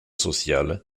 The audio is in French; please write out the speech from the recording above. sociale